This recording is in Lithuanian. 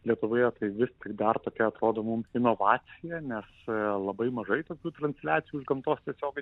lietuvoje tai virti dar tokia atrodo mum inovacijanes labai mažai tokių transliacijų iš gamtos tiesiog